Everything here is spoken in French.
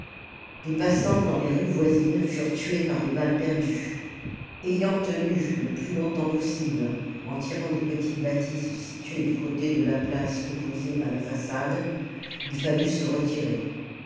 des passants dans les rues voisines furent tués par des balles perdues ayant tenu le plus longtemps possible en tirant des petites bâtisses situées du côté de la place opposé à la façade il fallut se retirer